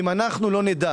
אם אנחנו לא נדע